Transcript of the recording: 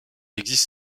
existe